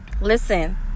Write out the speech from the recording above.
Listen